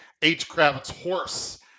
hkravitzhorse